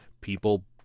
people